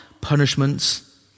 punishments